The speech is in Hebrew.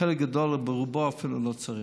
לחלק גדול, לרובם אפילו, לא צריך,